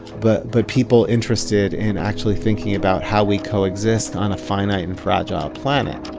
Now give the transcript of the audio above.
but but people interested in actually thinking about how we coexist on a finite and fragile planet.